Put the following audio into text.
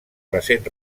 recent